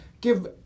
give